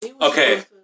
okay